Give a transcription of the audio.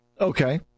Okay